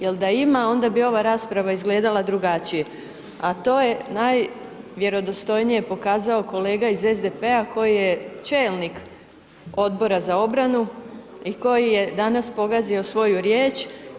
Jer da ima onda bi ova rasprava izgledala drugačije, a to je najvjerodostojnije pokazao kolega iz SDP-a koji je čelnik Odbora za obranu i koji je danas pokazao svoju riječ.